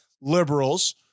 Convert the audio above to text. liberals